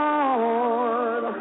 Lord